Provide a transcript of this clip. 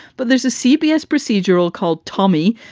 but there's a cbs procedural called tommy,